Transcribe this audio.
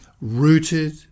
rooted